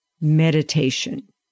meditation